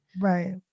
Right